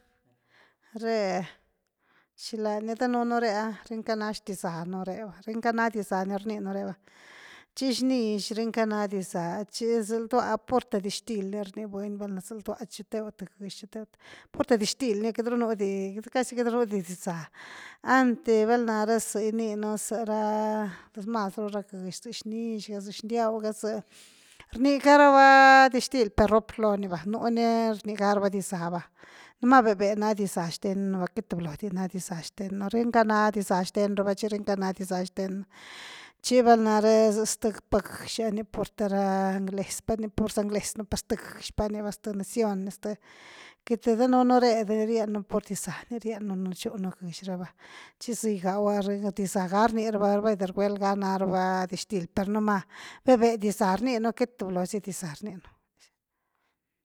Ree shilani danunu reea rinca na zhitixanu re va rinca na diza ni rninu reva chi shnishi rinca na dizxa chi zandua’a purte dixtil ni rnibuny valna si nduaa chuteu thy geedx chiteuth purte dizxil ni catru nudi cas quitru nu di diza anti val nare zi gyninu zi ra demasru ra geedx za shnishi ga, zi shndiau ga zi, rnicaraba dixtil per roploniva nuni rnigaraba diza va noma veve na diza shenuva katblody na dizxa shenuva rinca na diza shenrava chi rinca na diza shtenu, chi val nare zstpa geedx ni purte ra nglesy per ni purza nglesy ni per st geedx pani va st nacion ni st cat, danunu ree drienu pur diza ni rienu rchunu geedxre va chi zgiigaua’a rinca dizxaga rnirava vaide reguelga nara va dixtil per no ma veve diza rninu kat th blody diza rninu.